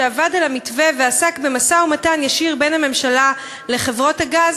שעבד על המתווה ועסק במשא-ומתן ישיר בין הממשלה לחברות הגז,